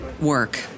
work